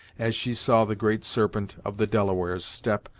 as she saw the great serpent of the delawares step,